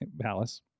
palace